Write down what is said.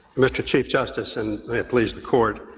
mr. chief justice, and may it please the court.